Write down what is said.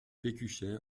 pécuchet